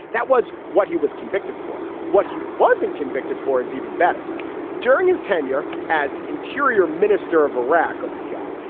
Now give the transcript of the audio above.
that was what he was convicted for. what he wasn't convicted for is even better during his tenure as interior minister of iraq. oh, my god.